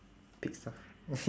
pick stuff